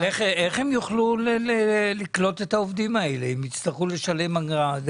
איך הם יוכלו לקלוט את העובדים האלה אם הם יצטרכו לשלם אגרה?